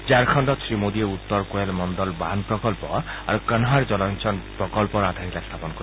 ঝাৰখণ্ডত শ্ৰীমোদীয়ে উত্তৰ কোয়েল মণ্ডল বান্ধ প্ৰকল্প আৰু কন্হাৰ জলসিঞ্চন প্ৰকল্পৰ আধাৰশিলা স্থাপন কৰিব